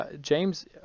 James